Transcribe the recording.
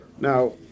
Now